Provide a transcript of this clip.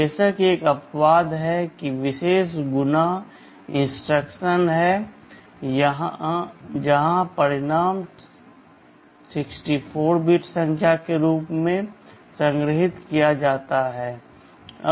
बेशक एक अपवाद है एक विशेष गुणा इंस्ट्रक्शन है जहां परिणाम 64 बिट संख्या के रूप में संग्रहीत किया जाता है